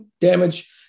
damage